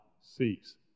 cease